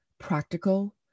practical